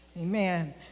Amen